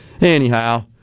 anyhow